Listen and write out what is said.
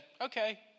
okay